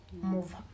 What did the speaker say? move